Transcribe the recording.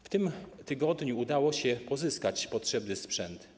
W tym tygodniu udało się pozyskać potrzebny sprzęt.